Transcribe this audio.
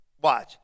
watch